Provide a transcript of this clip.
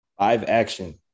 Live-action